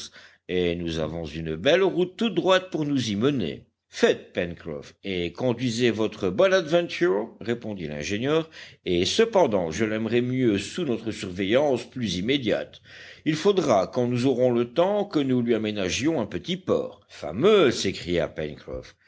et nous avons une belle route toute droite pour nous y mener faites pencroff et conduisez votre bonadventure répondit l'ingénieur et cependant je l'aimerais mieux sous notre surveillance plus immédiate il faudra quand nous aurons le temps que nous lui aménagions un petit port fameux s'écria pencroff